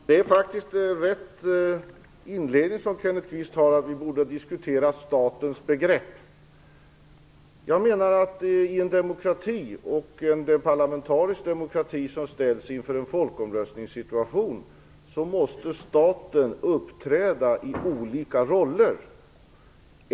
Herr talman! Kenneth Kvists inledning är faktiskt riktig. Vi borde ha diskuterat statens begrepp. Jag menar att staten i en parlamentarisk demokrati som ställs inför en folkomröstningssituation måste uppträda i olika roller.